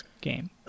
game